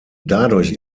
dadurch